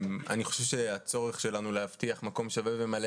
אני חושב שהצורך שלנו להבטיח מקום שווה ומלא